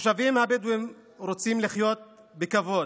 התושבים הבדואים רוצים לחיות בכבוד,